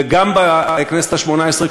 גם בכנסת השמונה-עשרה,